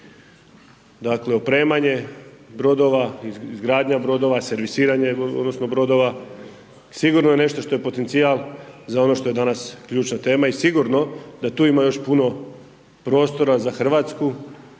dakle, opremanje brodova, izgradnja brodova, servisiranje odnosno brodova, sigurno je nešto što je potencijal za ono što je danas ključna tema i sigurno da tu ima još puno prostora za RH